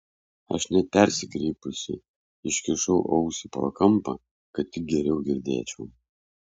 aš net persikreipusi iškišau ausį pro kampą kad tik geriau girdėčiau